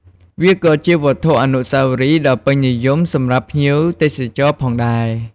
វាក៏ជាវត្ថុអនុស្សាវរីយ៍ដ៏ពេញនិយមសម្រាប់ភ្ញៀវទេសចរផងដែរ។